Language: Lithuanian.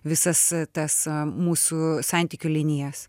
visas tas mūsų santykių linijas